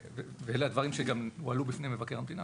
אלה הדברים שגם עלו בפני מבקר המדינה,